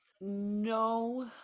No